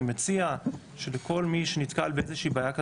אני מציע שלכל מי שנתקל באיזושהי בעיה כזאת,